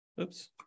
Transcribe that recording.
Oops